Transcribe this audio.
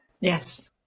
yes